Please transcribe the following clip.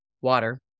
water